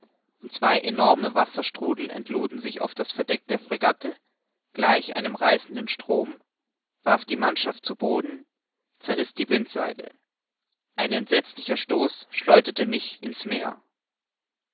und zwei enorme wasserstrudel entluden sich auf das verdeck der fregatte gleich einem reißenden strom warf die mannschaft zu boden zerriß die bindseile ein entsetzlicher stoß schleuderte mich über die sente in's meer